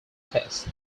test